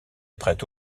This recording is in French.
prête